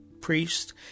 priest